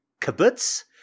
kibbutz